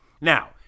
Now